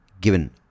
given